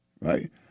right